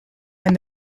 and